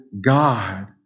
God